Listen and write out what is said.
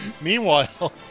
Meanwhile